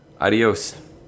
adios